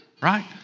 right